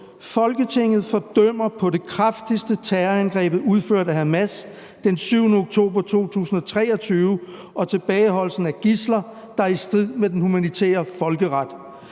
»Folketinget fordømmer på det kraftigste terrorangrebet udført af Hamas den 7. oktober 2023 og tilbageholdelsen af gidsler, der er i strid med den humanitære folkeret.